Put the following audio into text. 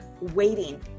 waiting